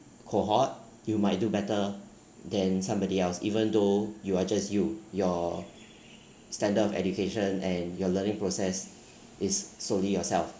cohort you might do better than somebody else even though you are just you your standard of education and your learning process is solely yourself